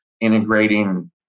integrating